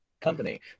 company